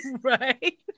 right